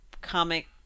comic